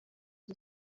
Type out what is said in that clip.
izo